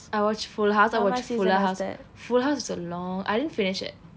I watched full house I watched fuller house full house is a long I didn't finish it